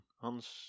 Hans